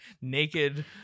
naked